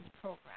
program